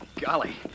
Golly